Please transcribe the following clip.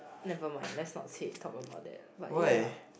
never mind let's not say talk about that but ya